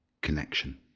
connection